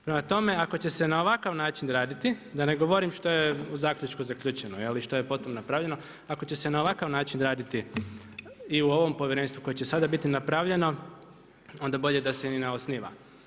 Prema tome, ako će se na ovakav način raditi, da ne govorim da je u zaključku zaključeno i što je potom napravljeno, ako će se na ovakav način raditi i u ovom povjerenstvu koje će biti sada napravljeno onda bolje da se ni ne osniva.